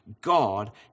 God